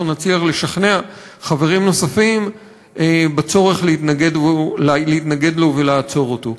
נצליח לשכנע חברים נוספים בצורך להתנגד לו ולעצור אותו.